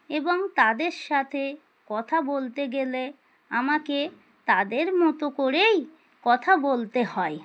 এবং তাদের সাথে কথা বলতে গেলে আমাকে তাদের মতো করেই কথা বলতে হয়